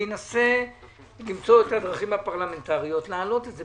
אנסה למצוא את הדרכים הפרלמנטריות להעלות את זה,